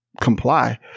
comply